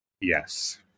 Yes